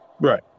Right